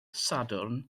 sadwrn